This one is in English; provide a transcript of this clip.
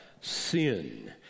sin